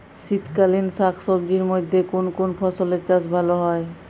শীতকালীন শাকসবজির মধ্যে কোন কোন ফসলের চাষ ভালো হয়?